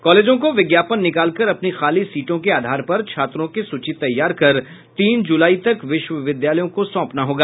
कॉलेजों को विज्ञापन निकाल कर अपनी खाली सीटों के आधार पर छात्रों की सूची तैयार कर तीन जुलाई तक विश्वविद्यालयों को सौंपना होगा